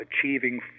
achieving